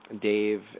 Dave